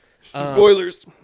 Spoilers